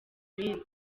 ibindi